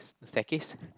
staircase